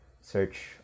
search